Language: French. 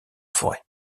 forêt